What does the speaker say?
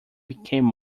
became